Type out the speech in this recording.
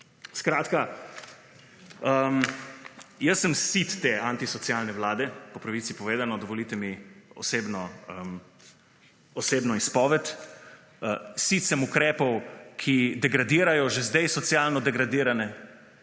Skratka, jaz sem sit te antisocialne Vlade, po pravici povedano, dovolite mi osebno izpoved. Sit sem ukrepov, ki degradirajo že zdaj socialno degradirane, tiste,